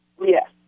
Yes